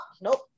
nope